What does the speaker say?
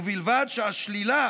ובלבד שהשלילה